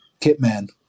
Kitman